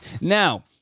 Now